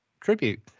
tribute